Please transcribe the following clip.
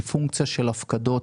כפונקציה של הפקדות.